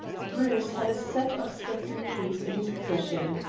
bruce had a set of skeleton keys in his possession.